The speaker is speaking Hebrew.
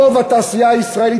רוב התעשייה הישראלית,